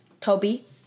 Toby